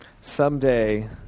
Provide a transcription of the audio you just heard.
Someday